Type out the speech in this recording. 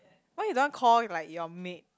why you don't want call him like your maid